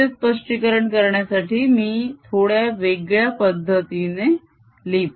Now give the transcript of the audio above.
याचे स्पष्टीकरण करण्यासाठी ही थोड्या वेगळ्या पद्दतीने लिहूया